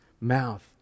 mouth